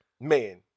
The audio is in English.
Man